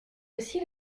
aussi